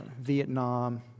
Vietnam